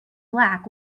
back